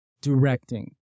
Directing